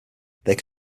they